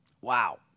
Wow